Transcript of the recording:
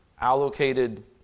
allocated